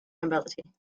nobility